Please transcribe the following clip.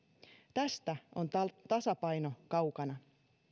tästä on tasapaino kaukana